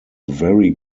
very